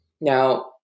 Now